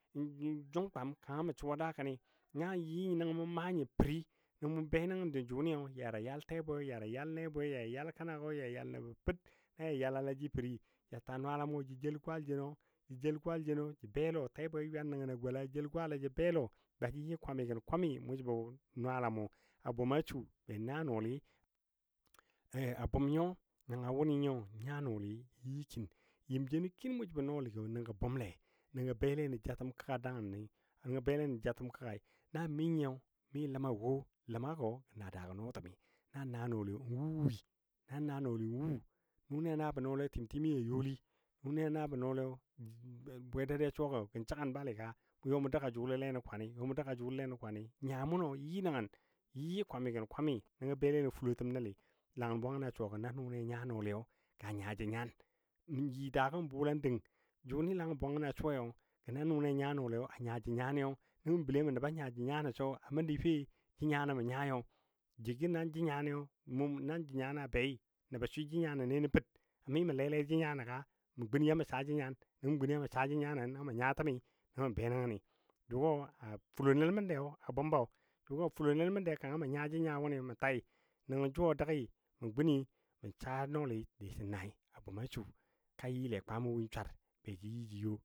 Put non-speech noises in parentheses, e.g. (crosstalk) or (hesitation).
(hesitation) jʊng twam kanga mə su daakəni na yɨ nəngɔ mʊ maa nyo Peri nəngɔ mʊ be nəngən jʊnɨyo ya ja yal tɛbwi yaja yal nɛbwe, yaja yal kənago, nəbo per na ja yalala ji peri ja ta nwalamɔ jə jel gwal jeno, jə jel gwal jeno ja be lɔ tɛbwe a ywan nən gɔla, jel gwalo be lɔ ba jə yɨ kwamigən kwami mʊ jəbɔ nwalamɔ abʊm asu, be naa nɔɔli a (hesitation) a bʊn nyo na nya nɔɔli ja yɨ kin yɨm jeno kin mʊ jəbɔ nɔɔligo nəngo bʊmlei nəngɔ bele nən jatəm kəgai dagəni, nəngɔ bele nə jatəm kəggai na mi nyɨyɔ mi ləmawɔ ləmagɔ gəna daagɔ nɔɔtəmi. Na naa nɔɔli wuwui na naa nɔɔli n wu nʊnɨ a nabɔ nɔɔli tɨm tɨmi a youli, nʊnɨ a nabɔ nɔɔli bwe dadiya suwagɔ səgan bali ga mʊ yɔ mʊ dəga jʊlɔle nən kwani, yɔ mʊ dəga jʊlɔle nən kwani. Nya mʊnɔ yɨ nəngən yɨ kwamigən kwami nəngɔ bele nən fulotəm nəl. Langən bwanganɔ suwa gɔ na nʊnɨ a nya nɔɔli a nya jə nya. N yɨ daagɔ bʊla dəng jʊni langən bwanga na suwai gə na nʊnɨ a nya nɔɔli a nya jə nyani nəngɔ mə bəle mə nəba nya jə nyanɔ sɔ a məndi fe jə nyanɔ mə nyai jʊgɔ nan jə nyaniyo na jə nyanɔ bei nəbɔ swɨ jə nyanole nə per mi mə lele jə nyano ka mə gun yamə saa jə nyan nəngɔ gun yamə saa jə nyanɔ nəngɔ mə nya təmi nəngɔ mə be nəngəni. Jʊgo a fulɔ nəl məndiyɔ a bʊmbɔ jʊgo fulo nəl məndiyo kangə mə nya jə nyan mə tai nəngɔ jʊ a dəgii mə gun mə saa nɔɔli disən nai, a bʊm a su ka yɨle kwamɔ win swar be jə yɨ ja yo.